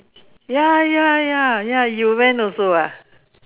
ya ya ya ya you went also ah